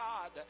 God